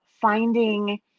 finding